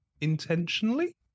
intentionally